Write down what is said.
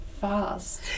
fast